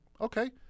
okay